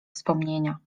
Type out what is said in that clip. wspomnienia